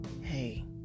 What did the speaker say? Hey